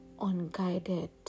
unguided